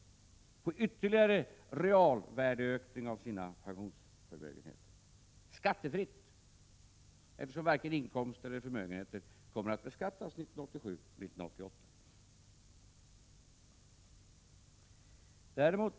De kommer att få ytterligare en realvärdeökning av sina pensionsförmögenheter — skattefritt! Varken inkomster eller förmögenheter kommer ju att beskattas 1987 och 1988.